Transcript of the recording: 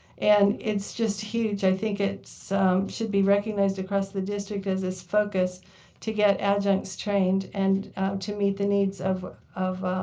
and it's just huge. i think it should be recognized across the district as its focus to get adjuncts trained and to meet the needs of of